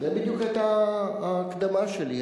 זאת בדיוק היתה ההקדמה שלי,